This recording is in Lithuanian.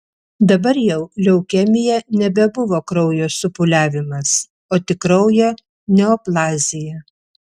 dabar jau leukemija nebebuvo kraujo supūliavimas o tik kraujo neoplazija